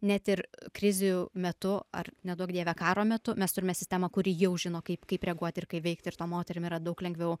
net ir krizių metu ar neduok dieve karo metu mes turime sistemą kuri jau žino kaip kaip reaguoti ir kaip veikti ir tom moterim yra daug lengviau